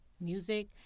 music